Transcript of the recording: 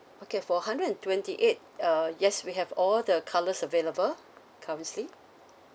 okay for hundred and twenty eight uh yes we have all the colours available currently